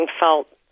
felt